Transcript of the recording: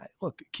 look